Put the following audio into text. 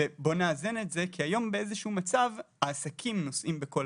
ובואו נאזן את זה כי היום באיזשהו מצב העסקים נושאים בכל